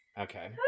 Okay